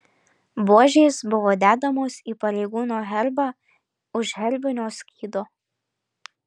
buožės buvo dedamos į pareigūno herbą už herbinio skydo